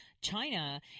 China